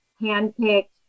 hand-picked